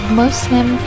muslim